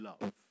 love